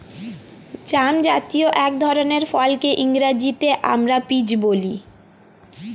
জামজাতীয় এক ধরনের ফলকে ইংরেজিতে আমরা পিচ বলি